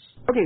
Okay